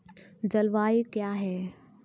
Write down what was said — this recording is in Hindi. जलवायु क्या है?